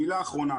מילה אחרונה